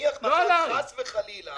נניח מחר, חס וחלילה,